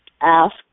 ask